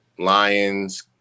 Lions